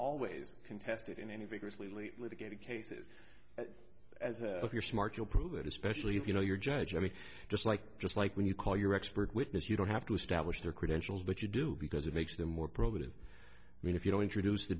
always contested in any rigorously litigated cases if you're smart you'll prove it especially if you know your judge i mean just like just like when you call your expert witness you don't have to stablish their credentials but you do because it makes them more probative i mean if you don't introduce the